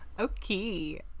Okay